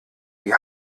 wie